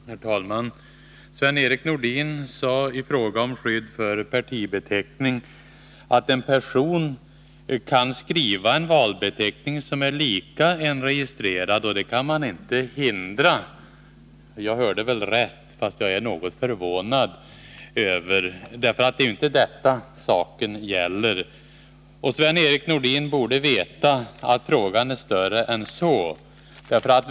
Herr talman! Sven-Erik Nordin sade i fråga om skydd för partibeteckning att en person kan skriva en valbeteckning som är lik en registrerad, och det kan man inte hindra. Jag hörde väl rätt? Jag är dock något förvånad, för det ärinte detta saken gäller. Sven-Erik Nordin borde veta att frågan är större än så.